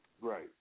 right